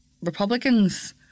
Republicans